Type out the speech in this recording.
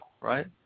right